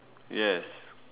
yes